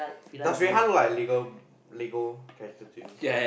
does Rui-Han look like legal Lego character to you